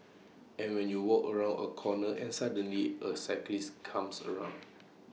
and when you walk around A corner and suddenly A cyclist comes around